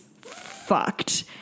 fucked